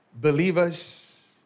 believers